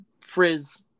frizz